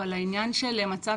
אבל העניין של מצב